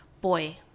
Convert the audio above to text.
Boy